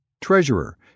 treasurer